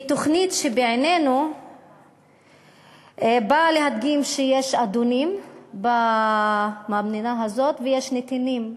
והיא תוכנית שבעינינו באה להדגים שיש אדונים במדינה הזאת ויש נתינים.